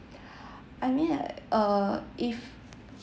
I mean like err if